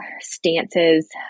stances